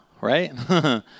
right